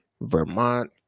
Vermont